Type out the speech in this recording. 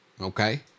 Okay